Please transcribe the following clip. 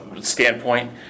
standpoint